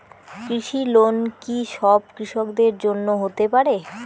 কৃষি লোন কি সব কৃষকদের জন্য হতে পারে?